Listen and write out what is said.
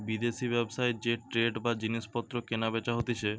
বিদেশি ব্যবসায় যে ট্রেড বা জিনিস পত্র কেনা বেচা হতিছে